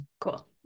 Cool